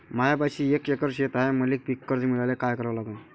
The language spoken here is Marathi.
मायापाशी एक एकर शेत हाये, मले पीककर्ज मिळायले काय करावं लागन?